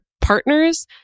partners